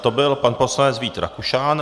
To byl pan poslanec Vít Rakušan.